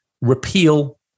repeal